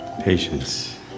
Patience